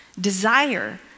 desire